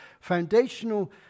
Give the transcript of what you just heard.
foundational